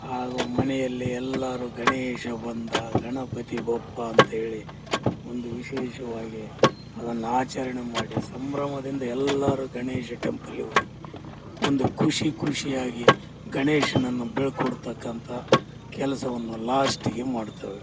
ಹಾಗು ಮನೆಯಲ್ಲಿ ಎಲ್ಲರು ಗಣೇಶ ಬಂದ ಗಣಪತಿ ಬಪ್ಪ ಅಂತ ಹೇಳಿ ಒಂದು ವಿಶೇಷವಾಗಿ ಅದನ್ನ ಆಚರಣೆ ಮಾಡಿ ಸಂಭ್ರಮದಿಂದ ಎಲ್ಲಾರು ಗಣೇಶ ಟೆಂಪಲ್ಲಿಗೆ ಹೋಗಿ ಒಂದು ಖುಷಿ ಖುಷಿಯಾಗಿ ಗಣೇಶನನ್ನು ಬೇಡ್ಕೊಳ್ತಕಂಥ ಕೆಲಸವನ್ನು ಲಾಸ್ಟಿಗೆ ಮಾಡ್ತೇವೆ